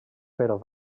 però